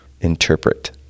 interpret